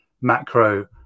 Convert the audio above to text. macro